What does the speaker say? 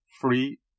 free